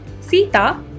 Sita